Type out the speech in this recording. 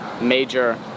major